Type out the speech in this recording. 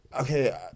Okay